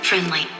Friendly